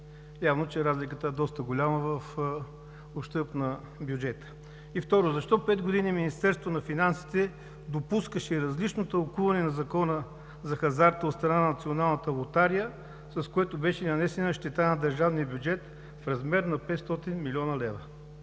Явно, че разликата е доста голяма в ущърб на бюджета. И второ, защо пет години Министерството на финансите допускаше различно тълкуване на Закона за хазарта от страна на Националната лотария, с което беше нанесена щета на държавния бюджет в размер на 500 млн. лв.?